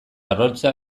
arrautza